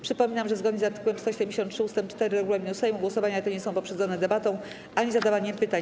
Przypominam, że zgodnie z art. 173 ust. 4 regulaminu Sejmu głosowania te nie są poprzedzone debatą ani zadawaniem pytań.